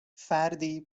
فردی